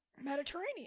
Mediterranean